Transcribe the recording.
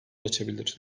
açabilir